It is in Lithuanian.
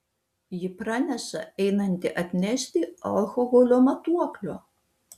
ji praneša einanti atnešti alkoholio matuoklio